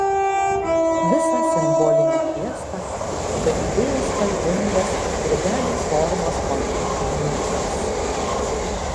visą simbolinę fiestą palydėjo spalvingas drugelių formos konfeti lietus